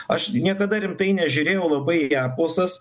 aš niekada rimtai nežiūrėjau labai į apklausas